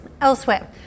Elsewhere